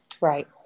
Right